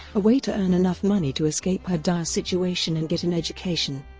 a way to earn enough money to escape her dire situation and get an education.